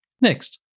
Next